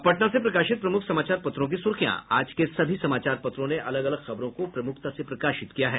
अब पटना से प्रकाशित प्रमुख समाचार पत्रों की सुर्खियां आज के सभी समाचार पत्रों ने अलग अलग खबरों को प्रमुखता से प्रकाशित किया है